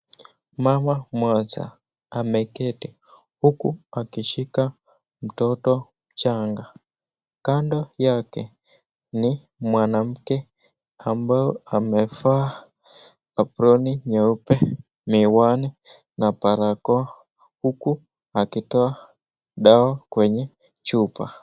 Mama mmoja ameketi huku akishika mtoto changa. Kando yake ni mwanamke ambaye amevaa aproni nyeupe, miwani na barakoa huku akitoa dawa kwenye chupa.